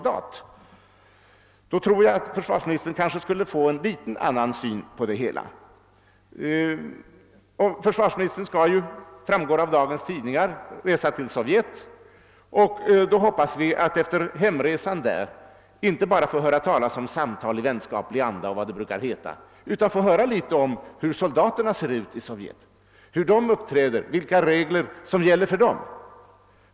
Då tror jag att försvarsministern skulle få en något annan syn på det hela. Försvarsministern skall, enligt vad som framgår av dagens tidningar, resa till Sovjet. Jag hoppas att vi efter den resan inte bara får höra talas om samtal i vänskaplig anda och vad det brukar heta utan att vi också får höra litet om hur soldaterna ser ut, hur de uppträder och vilka regler som gäller för dem.